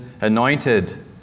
anointed